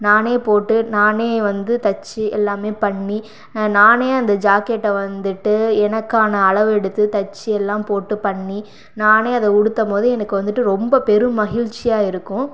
நானே போட்டு நானே வந்து தைச்சி எல்லாமே பண்ணி நானே அந்த ஜாக்கெட்டை வந்துட்டு எனக்கான அளவெடுத்து தைச்சி எல்லாம் போட்டு பண்ணி நானே அதை உடுத்தும் போது எனக்கு வந்துட்டு ரொம்ப பெரும் மகிழ்ச்சியாக இருக்கும்